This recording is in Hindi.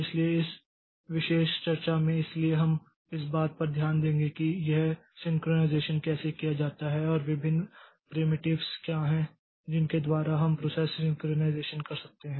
इसलिए इस विशेष चर्चा में इसलिए हम इस बात पर ध्यान देंगे कि यह सिंक्रोनाइज़ेशन कैसे किया जाता है और विभिन्न प्रिमिटिव्स क्या हैं जिनके द्वारा हम प्रोसेस सिंकरनाइज़ेशन कर सकते हैं